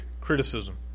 criticism